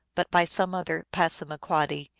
but by some other passamaquoddy,